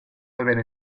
deben